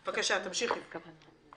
בבקשה, תמשיכי בהערותיך.